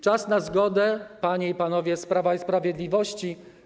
Czas na zgodę panie i panowie z Prawa i Sprawiedliwości.